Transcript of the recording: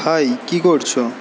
high কী করছ